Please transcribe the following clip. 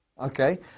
Okay